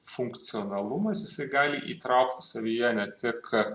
funkcionalumas jisai gali įtraukti savyje ne tik